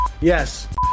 Yes